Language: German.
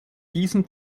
diesem